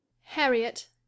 Harriet